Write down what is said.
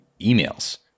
emails